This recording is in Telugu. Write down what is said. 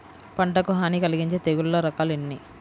పంటకు హాని కలిగించే తెగుళ్ల రకాలు ఎన్ని?